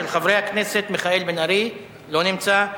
חבר הכנסת מיכאל בן-ארי לא נמצא.